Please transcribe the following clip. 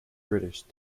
british